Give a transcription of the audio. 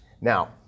Now